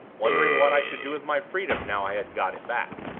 wondering what i should do with my freedom now i had got it back.